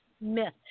myth